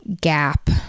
gap